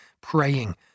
praying